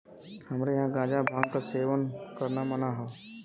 हमरे यहां गांजा भांग क सेवन करना मना हौ